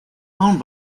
owned